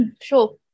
Sure